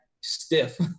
stiff